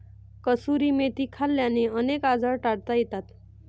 कसुरी मेथी खाल्ल्याने अनेक आजार टाळता येतात